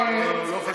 לא, לא.